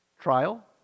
Trial